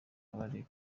kabarebe